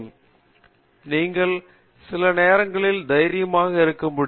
காமகோடி நீங்கள் சில நேரங்களில் தைரியமாக இருக்க முடியும்